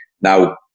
Now